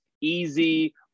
easy